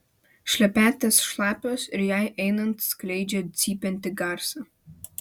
šlepetės šlapios ir jai einant skleidžia cypiantį garsą